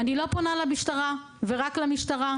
אני לא פונה למשטרה, ורק למשטרה,